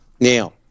Now